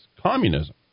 communism